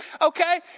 okay